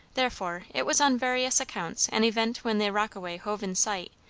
therefore it was on various accounts an event when the rockaway hove in sight,